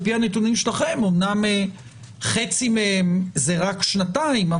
על פי הנתונים שלכם אמנם חצי מהם זה רק שנתיים,